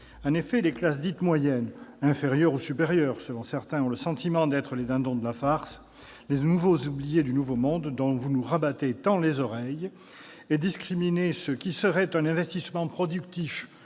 En effet, les classes dites moyennes, inférieures ou supérieures, ont le sentiment d'être les « dindons de la farce », les oubliés du nouveau monde dont vous nous rebattez tant les oreilles. Discriminer ce qui serait un investissement productif